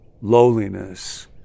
lowliness